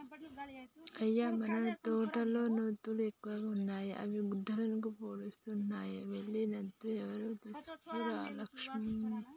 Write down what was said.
అయ్య మన తోటలో నత్తలు ఎక్కువగా ఉన్నాయి అవి గుడ్డలను పాడుసేస్తున్నాయి వెళ్లి నత్త ఎరలు తీసుకొని రా లక్ష్మి